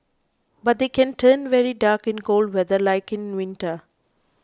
but they can turn very dark in cold weather like in winter